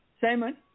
Simon